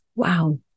wow